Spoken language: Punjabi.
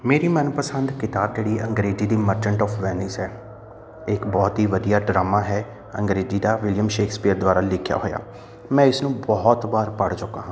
ਮੇਰੀ ਮਨਪਸੰਦ ਕਿਤਾਬ ਜਿਹੜੀ ਅੰਗਰੇਜ਼ੀ ਦੀ ਮਰਚੰਟ ਔਫ ਵੈਨਿਸ ਹੈ ਇਹ ਇੱਕ ਬਹੁਤ ਹੀ ਵਧੀਆ ਡਰਾਮਾ ਹੈ ਅੰਗਰੇਜ਼ੀ ਦਾ ਵਿਲੀਅਮ ਸ਼ੇਕਸਪੀਅਰ ਦੁਆਰਾ ਲਿਖਿਆ ਹੋਇਆ ਮੈਂ ਇਸਨੂੰ ਬਹੁਤ ਵਾਰ ਪੜ੍ਹ ਚੁੱਕਾ ਹਾਂ